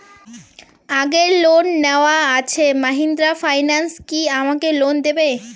আগের লোন নেওয়া আছে মাহিন্দ্রা ফাইন্যান্স কি আমাকে লোন দেবে?